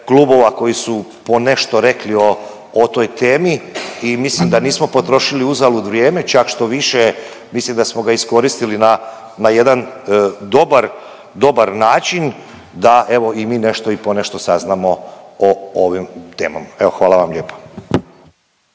klubova koji su ponešto rekli o, o toj temi i mislim da nismo potrošili uzalud vrijeme, čak štoviše mislim da smo ga iskoristili na, na jedan dobar, dobar način da evo i mi nešto i ponešto saznamo o ovim temama, evo hvala vam lijepo.